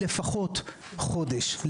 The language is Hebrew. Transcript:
לפחות חודש,